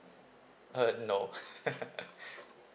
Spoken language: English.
uh no